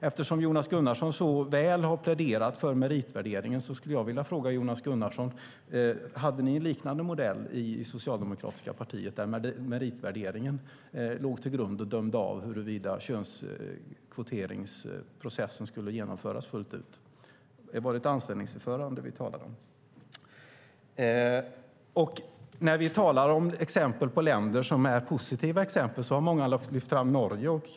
Eftersom Jonas Gunnarsson så väl har pläderat för meritvärdering skulle jag vilja fråga Jonas Gunnarsson: Hade ni en liknande modell i det socialdemokratiska partiet där meritvärderingen låg till grund och "dömde av" huruvida könskvoteringsprocessen skulle genomföras fullt ut? Var det ett anställningsförfarande vi talade om? När vi talar om länder som är positiva exempel har många lyft fram Norge.